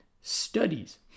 studies